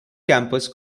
campus